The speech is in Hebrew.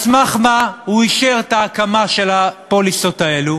על סמך מה הוא אישר את ההקמה של הפוליסות האלו